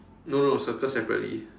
no no circle separately